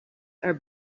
are